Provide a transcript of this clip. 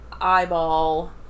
eyeball